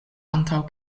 antaŭ